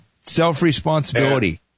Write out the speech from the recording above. self-responsibility